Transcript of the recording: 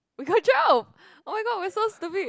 we got twelve oh my god we're so stupid